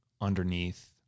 underneath